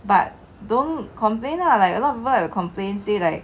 but don't complain lah like a lot of people will complain say like